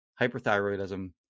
hyperthyroidism